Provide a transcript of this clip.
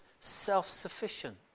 self-sufficient